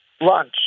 Lunch